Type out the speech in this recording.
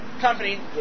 company